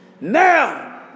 Now